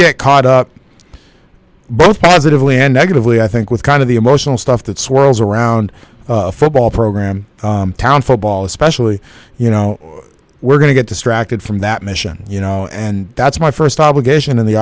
get caught up both positively and negatively i think with kind of the emotional stuff that swirls around football program town football especially you know we're going to get distracted from that mission you know and that's my first obligation and the